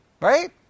Right